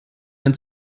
ein